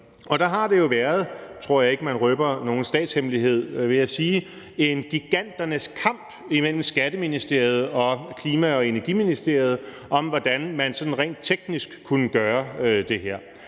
Der har der jo været, og det tror jeg ikke man røber nogen statshemmelighed ved at sige, en giganternes kamp imellem Skatteministeriet og Klima- og Energiministeriet om, hvordan man sådan rent teknisk kunne gøre det her.